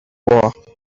war